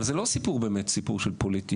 אבל זה לא באמת סיפור פוליטי.